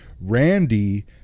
Randy